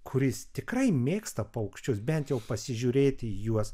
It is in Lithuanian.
kuris tikrai mėgsta paukščius bent jau pasižiūrėti į juos